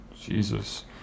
jesus